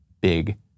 big